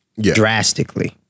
drastically